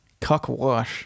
cockwash